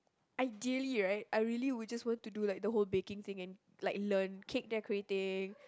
ideally right I really will just want to do like the whole baking thing and like learn cake decorating